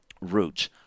roots